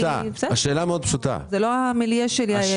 זה לא המילייה שלי שאני עוסקת בו.